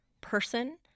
person